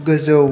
गोजौ